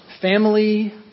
family